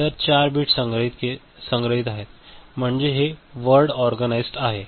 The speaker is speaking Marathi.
तर 4 बिट्स संग्रहित आहेत म्हणजे हे वर्ड ऑर्गनाइज्ड आहे